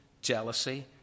jealousy